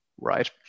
right